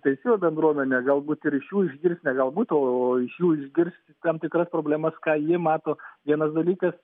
teisėjų bendruomene galbūt ir iš jų išgirst ne galbūt o iš jų išgirst tam tikras problemas ką jie mato vienas dalykas